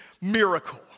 miracle